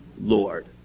Lord